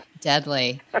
Deadly